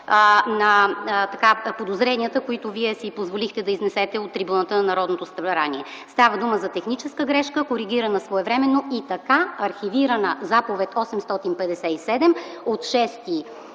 на подозренията, които Вие си позволихте да изнесете от трибуната на Народното събрание. Става дума за техническа грешка, коригирана своевременно и така архивирана заповед № 857 от